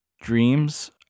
Dreams